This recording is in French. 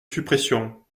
suppression